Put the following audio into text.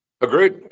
Agreed